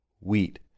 wheat